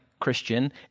Christian